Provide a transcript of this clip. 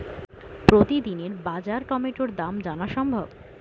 প্রতিদিনের বাজার টমেটোর দাম জানা সম্ভব?